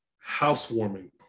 housewarming